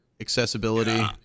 accessibility